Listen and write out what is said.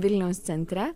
vilniaus centre